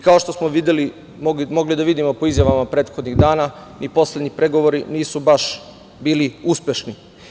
Kao što smo videli, mogli da vidimo po izjavama prethodnih dana, ni poslednji pregovori nisu baš bili uspešni.